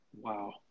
Wow